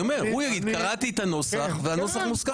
אני אומר שהוא יגיד שהוא קרא את הנוסח והנוסח מוסכם עליו.